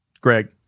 Greg